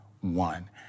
one